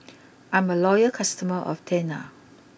I'm a loyal customer of Tena